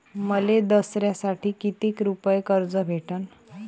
मले दसऱ्यासाठी कितीक रुपये कर्ज भेटन?